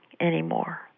anymore